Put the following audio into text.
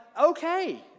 okay